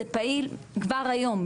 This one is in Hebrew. זה פעיל כבר היום,